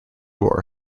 war